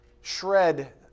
shred